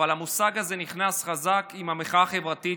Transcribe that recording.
אבל המושג הזה נכנס חזק עם המחאה החברתית,